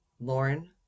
Lauren